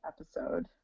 episode